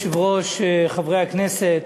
אדוני היושב-ראש, חברי הכנסת,